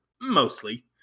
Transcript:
mostly